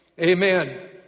amen